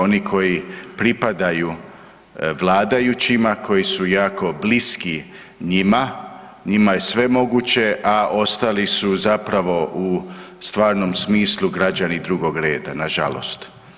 Oni koji pripadaju vladajućima koji su jako bliski njima, njima je sve moguće, a ostali su zapravo u stvarnom smislu građani drugog reda na žalost.